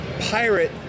pirate